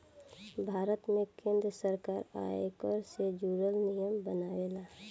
भारत में केंद्र सरकार आयकर से जुरल नियम बनावेला